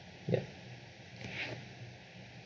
ya